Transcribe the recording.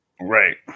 Right